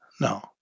no